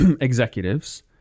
executives